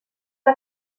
que